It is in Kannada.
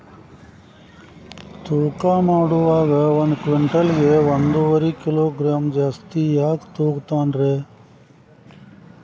ತೂಕಮಾಡುವಾಗ ಒಂದು ಕ್ವಿಂಟಾಲ್ ಗೆ ಒಂದುವರಿ ಕಿಲೋಗ್ರಾಂ ಜಾಸ್ತಿ ಯಾಕ ತೂಗ್ತಾನ ರೇ?